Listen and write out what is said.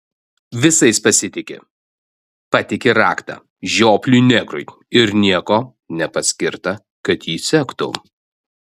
visais pasitiki patiki raktą žiopliui negrui ir nieko nepaskirta kad jį sektų